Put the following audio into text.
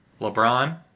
LeBron